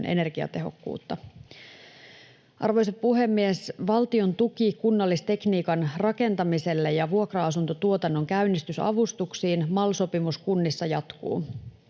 energiatehokkuutta. Arvoisa puhemies! Valtion tuki kunnallistekniikan rakentamiselle ja vuokra-asuntotuotannon käynnistysavustuksiin MAL-sopimuskunnissa jatkuu.